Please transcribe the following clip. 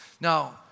Now